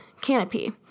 canopy